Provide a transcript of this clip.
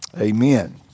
Amen